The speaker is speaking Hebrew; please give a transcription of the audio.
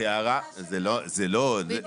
פה הפרצה.